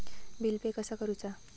Bill pay कसा करुचा?